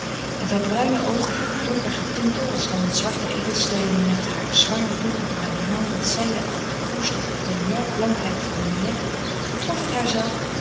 met hare bruine oogen vol donker getintel als van zwarte edelsteenen met haar zwaar donkerbruin haar dat zijdeachtig kroesde op de melkblankheid van heur nek trof het haarzelve